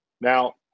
now